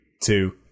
two